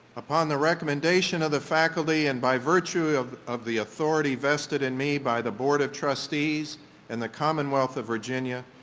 upon the recommendations of the faculty and by virtue of of the authority vested in me by the board of trustees and the commonwealth of virginia,